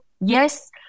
yes